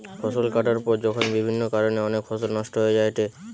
ফসল কাটার পর যখন বিভিন্ন কারণে অনেক ফসল নষ্ট হয়ে যায়েটে